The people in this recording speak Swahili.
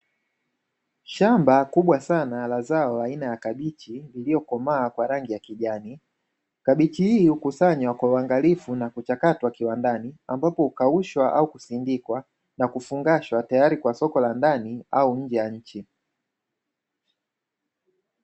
Shamba kubwa sana la zao aina ya kabichi lililokomaa kwa rangi ya kijani. Kabichi hili hukusanywa kwa uangalifu na kuchakatwa kiwandani, ambapo hukaushwa au kusindikwa na kufungashwa tayari kwa soko la ndani au nje ya nchi.